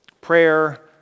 Prayer